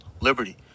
Liberty